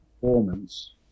performance